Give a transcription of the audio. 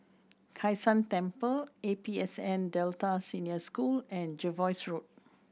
Kai San Temple A P S N Delta Senior School and Jervois Road